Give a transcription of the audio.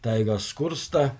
taiga skursta